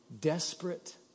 Desperate